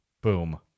Boom